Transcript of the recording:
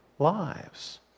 lives